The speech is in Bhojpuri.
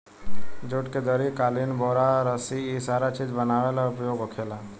जुट के दरी, कालीन, बोरा, रसी इ सारा चीज बनावे ला उपयोग होखेला